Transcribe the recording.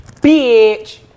Bitch